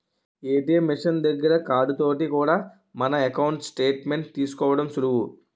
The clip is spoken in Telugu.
ఏ.టి.ఎం మిషన్ దగ్గర కార్డు తోటి కూడా మన ఎకౌంటు స్టేట్ మెంట్ తీసుకోవడం సులువు